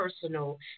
personal